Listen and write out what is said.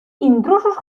intrusos